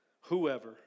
whoever